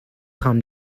خوام